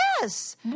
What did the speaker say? yes